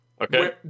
Okay